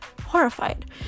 horrified